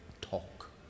talk